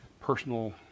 personal